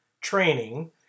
training –